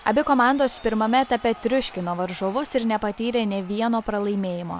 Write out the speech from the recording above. abi komandos pirmame etape triuškino varžovus ir nepatyrė nė vieno pralaimėjimo